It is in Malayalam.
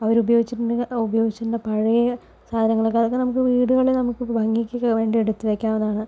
അവരുപയോഗിച്ചിരുന്ന ഉപയോഗിച്ചിരുന്ന പഴയ സാധനങ്ങളൊക്കെ അതൊക്കെ നമുക്ക് വീടുകളില് നമുക്ക് ഭംഗിക്കൊക്കെ വേണ്ടി എടുത്ത് വെക്കാവുന്നതാണ്